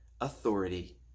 authority